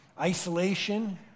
isolation